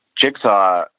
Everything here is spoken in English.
Jigsaw